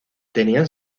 tenían